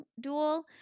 duel